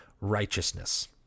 righteousness